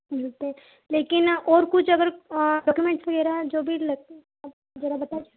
ठीक है और कुछ अगर डॉक्यूमेंट्स वगैरह जो भी लगते हैं आप ज़रा बताइए